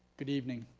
good evening.